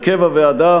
הרכב הוועדה: